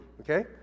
okay